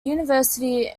university